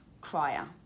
crier